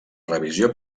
revisió